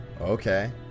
okay